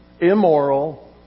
immoral